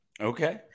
Okay